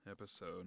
episode